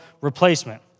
replacement